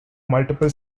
multiple